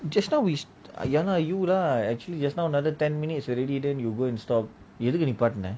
just now we ya lah you lah actually just now another ten minutes already then you go and stop எனக்கு நீ நிப்பாட்டுனா:eathuku nee nipaatuna